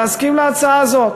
להסכים להצעה הזאת.